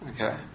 Okay